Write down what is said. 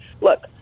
look